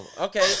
Okay